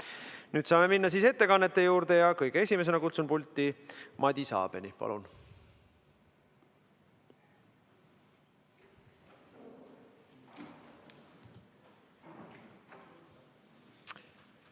Nüüd saame minna ettekannete juurde ja kõige esimesena kutsun pulti Madis Abeni. Palun!